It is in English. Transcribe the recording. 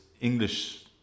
English